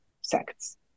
sects